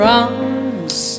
arms